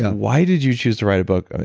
why did you choose to write a book?